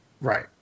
Right